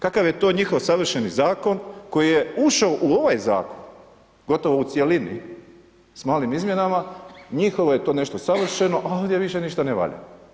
Kakav je to njihov savršeni zakon koji je ušao u ovaj zakon gotovo u cjelini sa malim izmjenama, njihovo je to nešto savršeno, a ovdje više ništa ne valja.